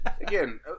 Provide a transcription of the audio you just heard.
again